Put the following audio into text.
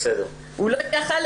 הוא לא יכול היה,